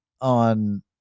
on